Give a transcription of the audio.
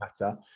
matter